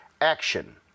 action